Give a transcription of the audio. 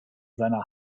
seiner